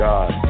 God